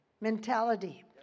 mentality